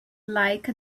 like